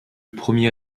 premier